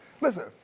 Listen